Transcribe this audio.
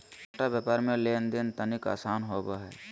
छोट व्यापार मे लेन देन तनिक आसान होवो हय